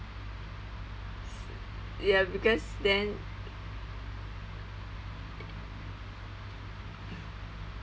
ya because then